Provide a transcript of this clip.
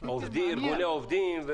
לשם ארגוני עובדים.